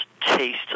taste